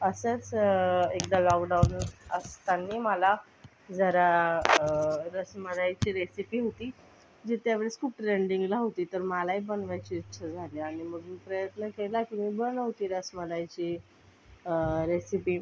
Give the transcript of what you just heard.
असंच एकदा लॉकडाऊन असताना मला जरा रसमलाईची रेसीपी होती जी त्या वेळेस खूप ट्रेंडिंगला होती तर मलाही बनवायची इच्छा झाली आणि मग मी प्रयत्न केला की मी बनवते रसमलाईची रेसीपी